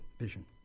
vision